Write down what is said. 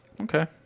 Okay